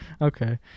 Okay